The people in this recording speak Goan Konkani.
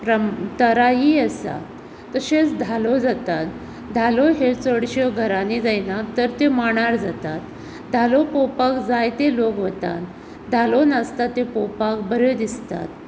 प्रम तरा ही आसा तशेंच धालो जाता धालो हे चडश्यो घरांनी जायना तर तो मांडार जाता धालो पळोवपाक जायते लोक वतात धालो नाचता ते पळोवपाक बरें दिसता